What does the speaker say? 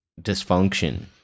dysfunction